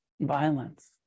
violence